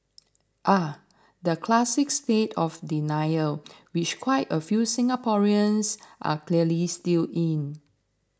the classic state of denial which quite a few Singaporeans are clearly still in